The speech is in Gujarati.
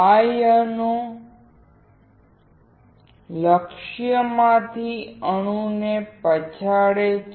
આયોન લક્ષ્યમાંથી અણુને પછાડે છે